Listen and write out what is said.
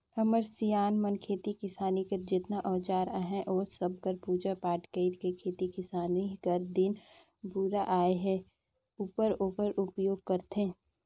हमर सियान मन खेती किसानी कर जेतना अउजार अहे ओ सब कर पूजा पाठ कइर के खेती किसानी कर दिन दुरा आए उपर ओकर उपियोग करथे